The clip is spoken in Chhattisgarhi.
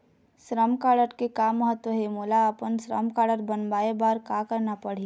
श्रम कारड के का महत्व हे, मोला अपन श्रम कारड बनवाए बार का करना पढ़ही?